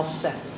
set